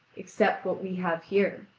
except what we have here.